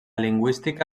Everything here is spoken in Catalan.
lingüística